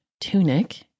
tunic